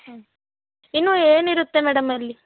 ಹಾಂ ಇನ್ನೂ ಏನಿರುತ್ತೆ ಮೇಡಮ್ ಅಲ್ಲಿ